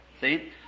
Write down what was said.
See